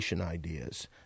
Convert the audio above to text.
ideas